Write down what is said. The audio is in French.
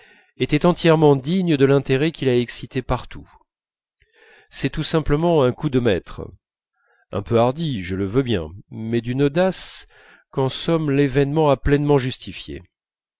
était entièrement digne de l'intérêt qu'il a excité partout c'est tout simplement un coup de maître un peu hardi je le veux bien mais d'une audace qu'en somme l'événement a pleinement justifiée